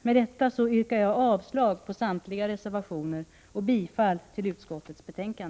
Med det anförda yrkar jag avslag på samtliga reservationer och bifall till utskottets hemställan.